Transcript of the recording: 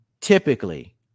typically